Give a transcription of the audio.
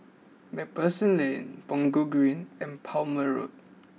MacPherson Lane Punggol Green and Plumer Road